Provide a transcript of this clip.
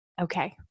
Okay